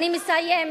אני מסיימת.